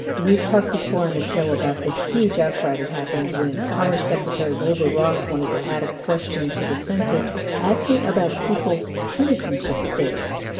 we've talked before on the show about the huge outcry that happened when commerce secretary wilbur ross wanted to add a question to the census asking about people's citizenship status.